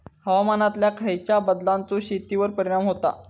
हवामानातल्या खयच्या बदलांचो शेतीवर परिणाम होता?